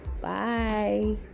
Bye